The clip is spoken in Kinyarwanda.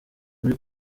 muri